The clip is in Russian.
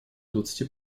двадцати